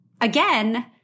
again